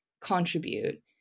contribute